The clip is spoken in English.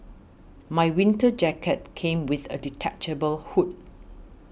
my winter jacket came with a detachable hood